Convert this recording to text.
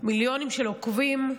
מיליונים של עוקבים,